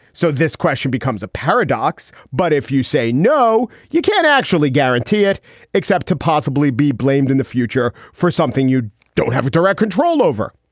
so this question becomes a paradox. but if you say no, you can't actually guarantee it except to possibly be blamed in the future for something you don't have direct control over.